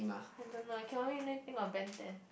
I don't know I can only think of Ben-Ten